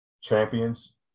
Champions